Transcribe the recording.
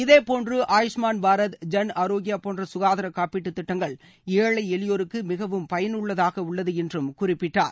இதேபோன்று ஆயுஷ்மான் பாரத் ஜன் ஆரோக்யா போன்ற சுகாதார காப்பீட்டுத் திட்டங்கள் ஏழை எளியோருக்கு மிகவும் பயனுள்ளதாக உள்ளது என்றும் குறிப்பிட்டார்